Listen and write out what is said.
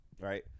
right